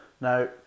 now